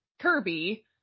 Kirby